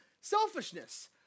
selfishness